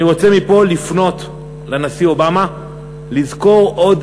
אני רוצה לפנות מפה לנשיא אובמה לזכור עוד